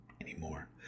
anymore